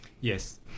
Yes